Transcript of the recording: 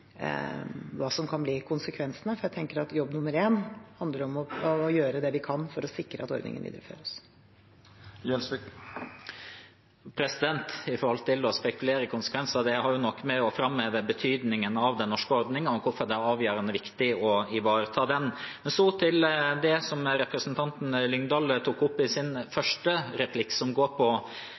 hva som kan bli konsekvensene, for jeg tenker at jobb nummer én handler om å gjøre det vi kan for å sikre at ordningen videreføres. Når det gjelder det å spekulere i konsekvenser: Det har noe med å framheve betydningen av den norske ordningen og hvorfor det er avgjørende viktig å ivareta den å gjøre. Så til det som representanten Lyngedal tok opp i sin første replikk, som gikk på